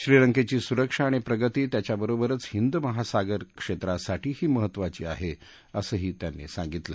श्रीलंकेची सुरक्षा आणि प्रगती त्याच्याबरोबरच हिंद महासागर क्षेत्रासाठीही महत्त्वाचे आहे असंही त्यांनी सांगितलं